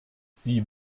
sie